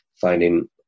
finding